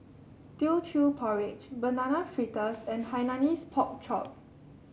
Teochew Porridge Banana Fritters and Hainanese Pork Chop